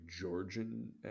Georgian